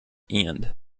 end